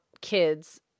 kids